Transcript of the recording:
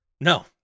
No